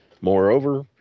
Moreover